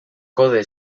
kode